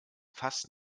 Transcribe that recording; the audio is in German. fast